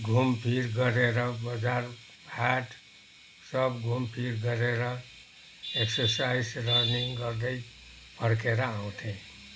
घुमफिर गरेर बजार हाट सब घुम फिर गरेर एक्सरसाइज रनिङ गर्दै फर्केर आउथेँ